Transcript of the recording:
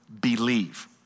believe